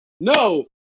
No